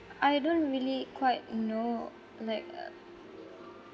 I don't really quite know like uh